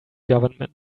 government